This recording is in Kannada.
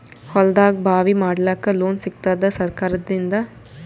ಹೊಲದಾಗಬಾವಿ ಮಾಡಲಾಕ ಲೋನ್ ಸಿಗತ್ತಾದ ಸರ್ಕಾರಕಡಿಂದ?